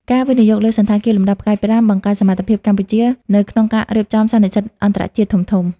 ការវិនិយោគលើសណ្ឋាគារលំដាប់ផ្កាយប្រាំ បង្កើនសមត្ថភាពកម្ពុជានៅក្នុងការរៀបចំសន្និសីទអន្តរជាតិធំៗ។